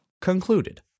Concluded